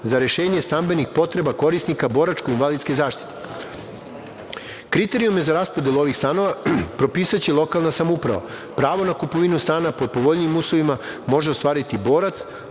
za rešenje stambenih potreba korisnika boračko-invalidske zaštite. Kriterijume za raspodelu ovih stanova propisaće lokalna samouprava. Pravo na kupovinu stana pod povoljnijim uslovima može ostvariti borac,